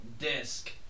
disc